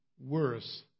worse